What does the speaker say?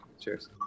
cheers